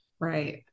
right